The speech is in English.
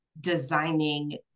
designing